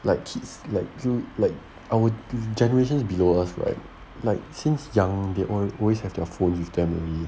like kids like to like our generations below us right like since young they always always have their phone with them already